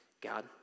God